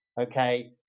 okay